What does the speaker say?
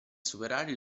superare